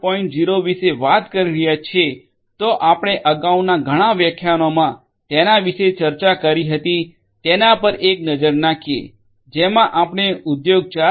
0 વિશે વાત કરી રહ્યા છીએ તો આપણે અગાઉના ઘણા વ્યાખ્યાનોમા તેના વિશે ચર્ચા કરી હતી તેના પર એક નજર નાખીએ જેમાં આપણે ઉદ્યોગ 4